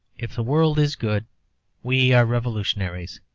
if the world is good we are revolutionaries,